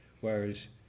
Whereas